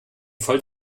voll